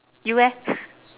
you eh